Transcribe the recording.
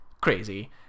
crazy